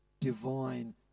divine